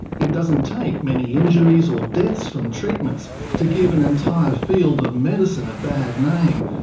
it doesn't take many injuries or deaths from treatments to give an entire field of medicine a bad name,